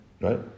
Right